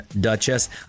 Duchess